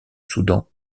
soudan